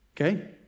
okay